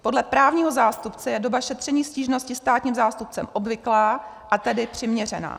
Podle právního zástupce je doba šetření stížnosti státním zástupcem obvyklá, a tedy přiměřená.